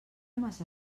massa